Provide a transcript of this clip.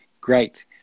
great